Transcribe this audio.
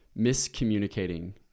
miscommunicating